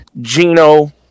Gino